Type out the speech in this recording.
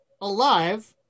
alive